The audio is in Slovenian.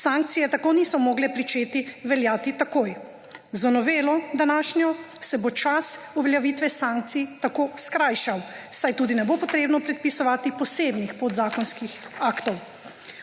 Sankcije se tako niso mogle pričeti veljati takoj. Z današnjo novelo se bo čas uveljavitve sankcij tako skrajšal, saj tudi ne bo potrebno predpisovati posebnih podzakonskih aktov.